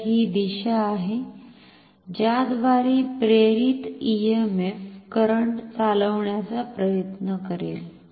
तर ही दिशा आहे ज्याद्वारे प्रेरित ईएमएफ करंट चालविण्याचा प्रयत्न करेल